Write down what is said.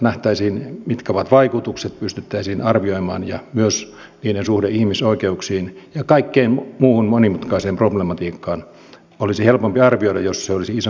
nähtäisiin mitkä ovat vaikutukset ne pystyttäisiin arvioimaan ja myös niiden suhde ihmisoikeuksiin ja kaikkeen muuhun monimutkaiseen problematiikkaan olisi helpompi arvioida jos se olisi isompi kokonaisuus